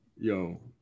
Yo